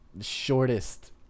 shortest